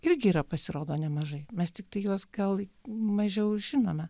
irgi yra pasirodo nemažai mes tiktai juos gal mažiau žinome